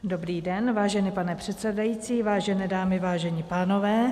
Dobrý den, vážený pane předsedající, vážené dámy, vážení pánové.